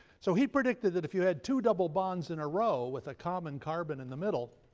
so he predicted that if you had two double bonds in a row, with a common carbon in the middle,